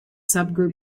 subgroup